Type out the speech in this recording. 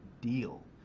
deal